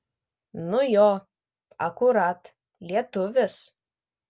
nu jo akurat lietuvis